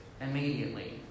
immediately